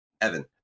evan